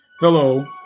Hello